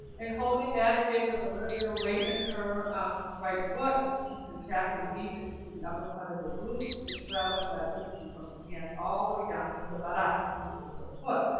and holding that again with a little bit of weight in her um right foot. keep contracting deep into the upper part of the glute and traveling that energy from her hands all the way down to her buttocks and then into her foot.